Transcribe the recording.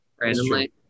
randomly